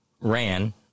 ran